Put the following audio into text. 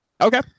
Okay